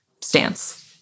stance